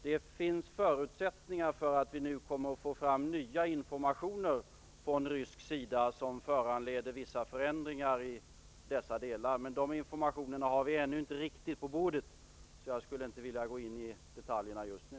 Det finns nu förutsättningar för att vi skall kunna få fram nya informationer från rysk sida, vilka kommer att föranleda vissa förändringar i olika delar. Men dessa informationer har vi ännu inte på bordet. Jag vill därför inte gå in i några detaljer just nu.